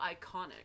iconic